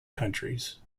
countries